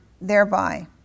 thereby